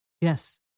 Yes